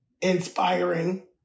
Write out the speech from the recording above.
inspiring